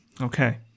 Okay